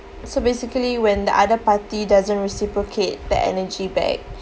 so basically when the other party doesn't reciprocate the energy back